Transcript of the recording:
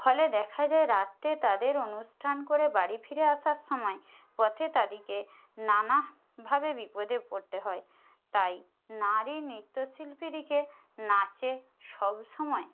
ফলে দেখা যায় রাত্রে তাদের অনুষ্ঠান করে বাড়ি ফিরে আসার সময় পথে তাদিকে নানাভাবে বিপদে পড়তে হয় তাই নারী নৃত্য শিল্পীদিকে নাচে সবসময়